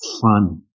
fun